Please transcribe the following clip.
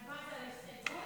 על מה זה, על ההסתייגות?